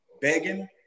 begging